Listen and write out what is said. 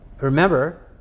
remember